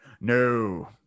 No